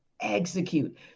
execute